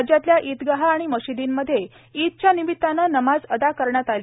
राज्यातल्या ईदगाह आणि मशिदींमधे ईदच्या निमितानं नमाज अदा करण्यात आली